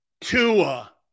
Tua